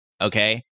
okay